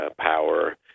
power